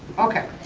okay,